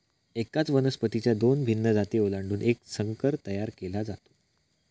एकाच वनस्पतीच्या दोन भिन्न जाती ओलांडून एक संकर तयार केला जातो